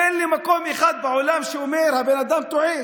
תן לי מקום אחד בעולם שאומר שהבן אדם טועה